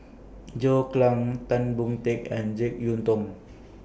John Clang Tan Boon Teik and Jek Yeun Thong